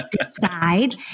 decide